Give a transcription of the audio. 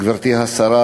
גברתי השרה,